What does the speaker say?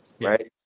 right